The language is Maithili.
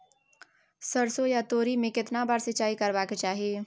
सरसो या तोरी में केतना बार सिंचाई करबा के चाही?